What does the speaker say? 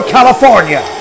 California